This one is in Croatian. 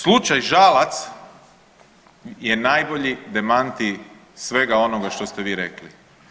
Slučaj Žalac je najbolji demantij svega onoga što ste vi rekli.